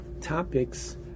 topics